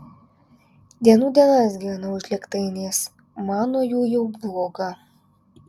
dienų dienas gyvenau žlėgtainiais man nuo jų jau bloga